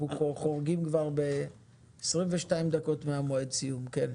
אנחנו חורגים כבר ב-22 דקות ממועד הסיום שנקבע.